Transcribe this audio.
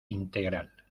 integral